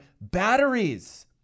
batteries